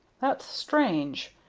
that's strange!